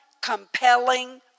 compelling